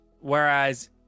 whereas